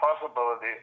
possibility